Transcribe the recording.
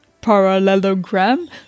Parallelogram